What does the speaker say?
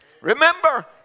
Remember